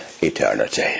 eternity